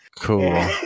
Cool